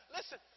Listen